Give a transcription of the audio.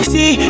See